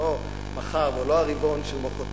לא מחר או לא הרבעון של מחרתיים.